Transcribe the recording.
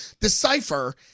decipher